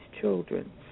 children